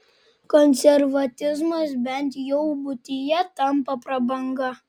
konservatizmas bent jau buityje tampa prabanga